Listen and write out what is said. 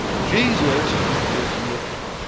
jesus is looking